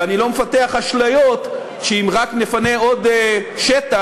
ואני לא מפתח אשליות שאם רק נפנה עוד שטח,